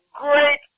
great